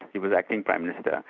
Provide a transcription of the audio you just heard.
he was acting prime minister,